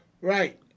Right